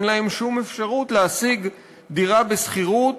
שאין להם שום אפשרות להשיג דירה בשכירות,